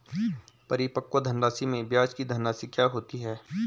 परिपक्व धनराशि में ब्याज की धनराशि क्या होती है?